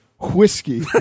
Whiskey